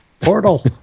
portal